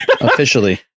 Officially